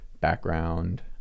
background